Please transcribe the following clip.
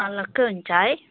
अलग्गै हुन्छ है